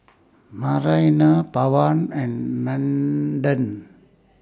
Narayana Pawan and Nandan